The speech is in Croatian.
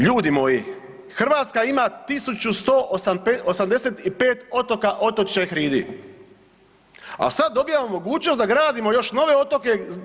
Ljudi moji, Hrvatska ima 1185 otoka, otočića i hridi, a sad dobijamo mogućnost da gradimo još nove otoke.